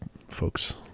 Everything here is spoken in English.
folks